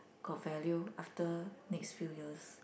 got value after next few years